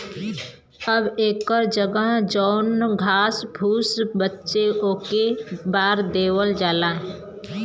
अब एकर जगह जौन घास फुस बचे ओके बार देवल जाला